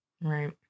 Right